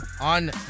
on